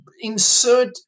insert